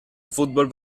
fútbol